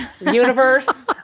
universe